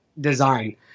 design